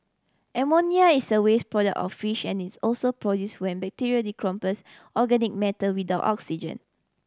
ammonia is a waste product of fish and is also produce when bacteria decompose organic matter without oxygen